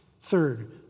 Third